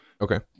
Okay